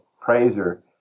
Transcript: praiser